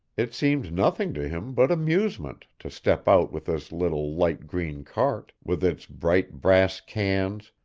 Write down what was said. it seemed nothing to him but amusement to step out with this little light green cart, with its bright brass cans,